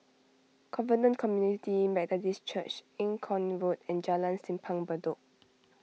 Covenant Community Methodist Church Eng Kong Road and Jalan Simpang Bedok